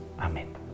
Amen